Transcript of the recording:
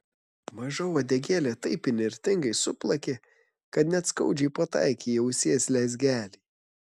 maža uodegėlė taip įnirtingai suplakė kad net skaudžiai pataikė į ausies lezgelį